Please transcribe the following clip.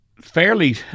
fairly